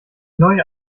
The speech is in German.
neue